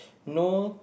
no